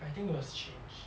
I think it was changed